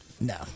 No